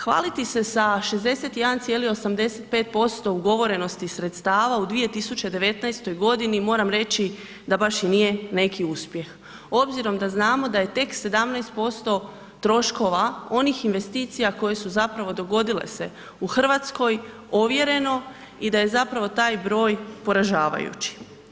Hvaliti se sa 61,85% ugovorenosti sredstava u 2019.g. moram reći da baš i nije neki uspjeh obzirom da znamo da je tek 17% troškova onih investicija koje su zapravo dogodile se u RH ovjereno i da je zapravo taj broj poražavajući.